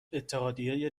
اتحادیه